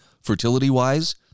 fertility-wise